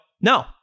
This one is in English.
no